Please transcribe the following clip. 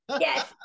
Yes